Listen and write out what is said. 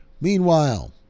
Meanwhile